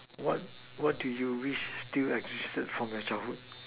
what what do you wish still existed from your childhood